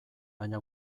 baina